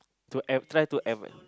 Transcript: to av~ try to avoid